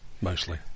mostly